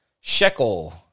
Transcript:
Shekel